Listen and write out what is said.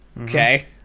okay